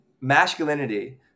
masculinity